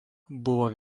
buvo